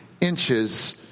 inches